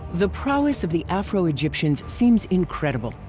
the prowess of the afro-egyptians seems incredible.